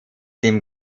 dem